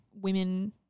women